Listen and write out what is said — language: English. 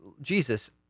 Jesus